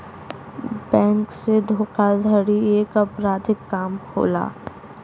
bank से धोखाधड़ी एक अपराधिक काम होला